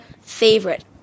favorite